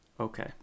Okay